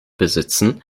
besitzen